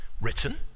written